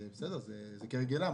זה כהרגלם,